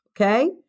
Okay